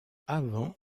avant